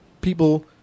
People